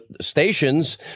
stations